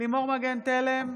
לימור מגן תלם,